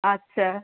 ᱟᱪᱪᱷᱟ